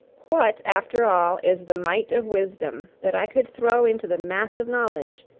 what, after all, is the mite of wisdom that i could throw into the mass of knowledge?